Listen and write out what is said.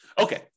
Okay